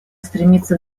стремиться